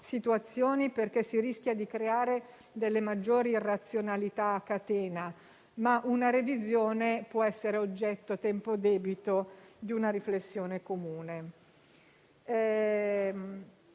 situazioni, perché si rischia di creare maggiori irrazionalità a catena, ma una revisione può essere oggetto, a tempo debito, di una riflessione comune.